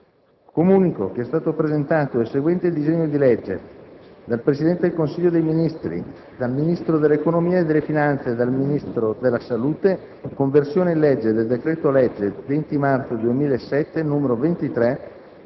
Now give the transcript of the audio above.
finestra"). È stato presentato il seguente disegno di legge: *dal Presidente del Consiglio dei ministri, dal Ministro dell'economia e delle finanze e dal Ministro della salute*: «Conversione in legge del decreto-legge 20 marzo 2007, n. 23,